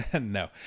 no